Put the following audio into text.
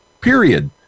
period